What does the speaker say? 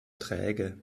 träge